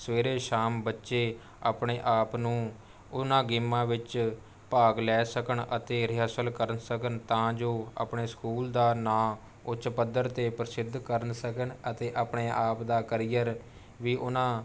ਸਵੇਰੇ ਸ਼ਾਮ ਬੱਚੇ ਆਪਣੇ ਆਪ ਨੂੰ ਉਨ੍ਹਾਂ ਗੇਮਾਂ ਵਿੱਚ ਭਾਗ ਲੈ ਸਕਣ ਅਤੇ ਰਿਹਰਸਲ ਕਰ ਸਕਣ ਤਾਂ ਜੋ ਆਪਣੇ ਸਕੂਲ ਦਾ ਨਾਂ ਉੱਚ ਪੱਧਰ 'ਤੇ ਪ੍ਰਸਿੱਧ ਕਰ ਸਕਣ ਅਤੇ ਆਪਣੇ ਆਪ ਦਾ ਕਰੀਅਰ ਵੀ ਉਨ੍ਹਾਂ